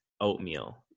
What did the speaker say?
oatmeal